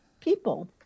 people